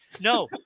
No